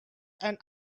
and